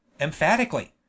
emphatically